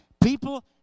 People